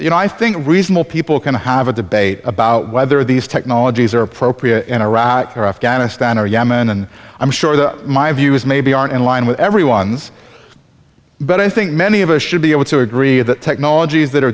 you know i think reasonable people can have a debate about whether these technologies are appropriate in iraq or afghanistan or yemen and i'm sure that my views maybe aren't in line with everyone's but i think many of us should be able to agree that technologies that are